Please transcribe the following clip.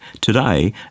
today